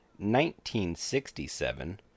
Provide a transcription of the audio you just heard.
1967